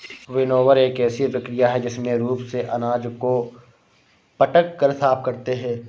winnower एक ऐसी प्रक्रिया है जिसमें रूप से अनाज को पटक कर साफ करते हैं